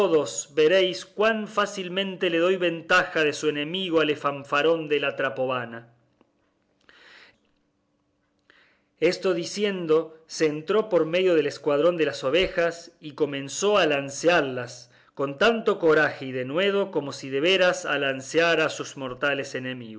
veréis cuán fácilmente le doy venganza de su enemigo alefanfarón de la trapobana esto diciendo se entró por medio del escuadrón de las ovejas y comenzó de alanceallas con tanto coraje y denuedo como si de veras alanceara a sus mortales